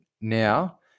now